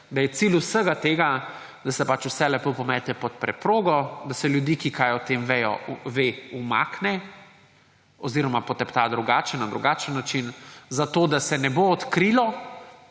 da je cilj vsega tega, da se vse lepo pomete pod preprogo, da se ljudi, ki kaj o tem vedo, umakne oziroma potepta drugače, na drugačen način, zato da se ne bo odkrilo